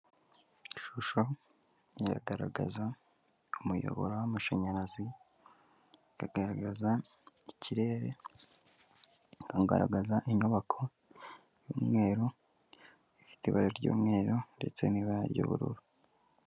Ishusho iragaragaza umuyoboro w'amashanyarazi , akagaragaza ikirere, ikagaragaza inyubako y'umweru , ifite ibara ry'mweru ndetse n'ibara ry'ubururu.